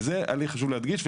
זה הליך שחשוב להדגיש.